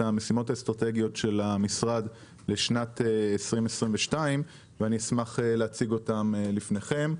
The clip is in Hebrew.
המשימות האסטרטגיות של המשרד לשנת 2022. אני אשמח להציג אותן לפניכן.